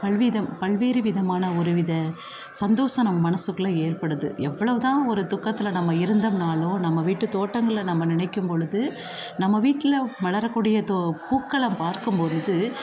பல்விதம் பல்வேறு விதமான ஒரு வித சந்தோஷம் நம்ம மனசுக்குள்ளே ஏற்படுது எவ்வளவு தான் ஒரு துக்கத்தில் நம்ம இருந்தோம்னாலும் நம்ம வீட்டு தோட்டங்களை நம்ம நினைக்கும்பொழுது நம்ம வீட்டில் வளரக்கூடிய தோ பூக்களை பார்க்கும்பொழுது